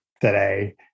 today